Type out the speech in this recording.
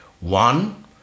One